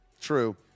True